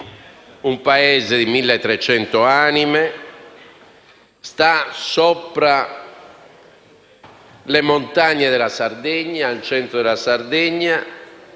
un paese di 1.300 anime, sta sopra le montagne della Sardegna, al centro della Sardegna,